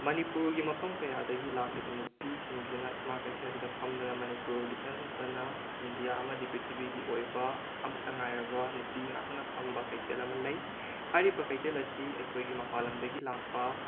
ꯃꯅꯤꯄꯨꯔꯒꯤ ꯃꯐꯝ ꯀꯌꯥꯗꯒꯤ ꯂꯥꯛꯂꯤꯕ ꯅꯨꯄꯤꯁꯤꯡꯁꯤꯅꯅ ꯏꯃꯥ ꯀꯩꯊꯦꯜꯁꯤꯗ ꯐꯝꯗꯨꯅ ꯃꯅꯤꯄꯨꯔꯒꯤꯇ ꯅꯠꯇꯅ ꯏꯟꯗꯤꯌꯥ ꯑꯃꯗꯤ ꯄ꯭ꯔꯤꯊꯤꯕꯤꯒꯤ ꯑꯣꯏꯕ ꯑꯃꯠꯇ ꯉꯥꯏꯔꯕ ꯅꯨꯄꯤ ꯉꯥꯛꯇꯅ ꯐꯝꯕ ꯀꯩꯊꯦꯜ ꯑꯃ ꯂꯩ ꯍꯥꯏꯔꯤꯕ ꯀꯩꯊꯦꯜ ꯑꯁꯤ ꯑꯩꯈꯣꯏꯒꯤ ꯃꯄꯥꯜ ꯂꯝꯗꯒꯤ ꯂꯥꯛꯄ